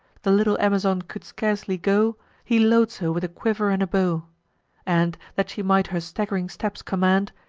the little amazon could scarcely go he loads her with a quiver and a bow and, that she might her stagg'ring steps command,